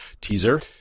Teaser